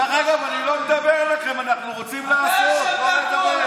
בדיוק, שלא עשינו את זה לפני 20 שנה.